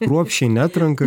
kruopščiai neatrenka